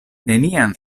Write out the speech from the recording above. neniam